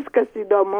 viskas įdomu